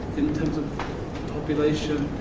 in terms of population.